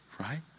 right